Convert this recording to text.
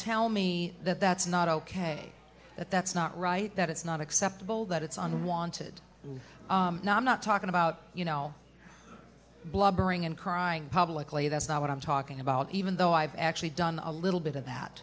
tell me that that's not ok that that's not right that it's not acceptable that it's on wanted now i'm not talking about you know blubbering and crying publicly that's not what i'm talking about even though i've actually done a little bit of that